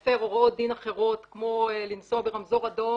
להפר הוראות דין אחרות כמו לנסוע ברמזור אדום